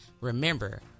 remember